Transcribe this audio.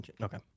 Okay